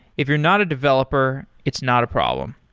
if you're not a developer, it's not a problem.